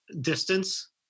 distance